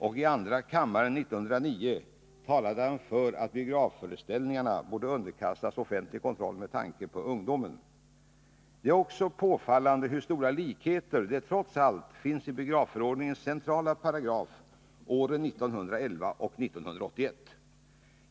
I andra kammaren 1909 talade han för att biografföreställningarna borde underkastas offentlig kontroll med tanke på ungdomen. Det är påfallande hur stora likheter det trots allt finns i biografförordningens centrala paragraf år 1911 och år 1981.